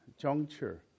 juncture